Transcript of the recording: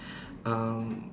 um